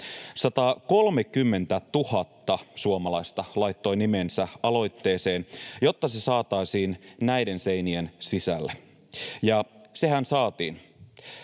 130 000 suomalaista laittoi nimensä aloitteeseen, jotta se saataisiin näiden seinien sisälle — ja sehän saatiin.